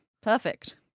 perfect